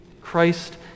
Christ